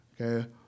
okay